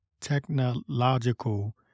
technological